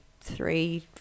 three